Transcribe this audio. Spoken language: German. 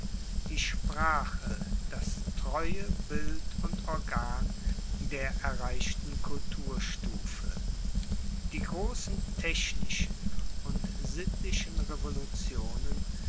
die sprache das treue bild und organ der erreichten kulturstufe die grossen technischen und sittlichen revolutionen